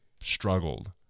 struggled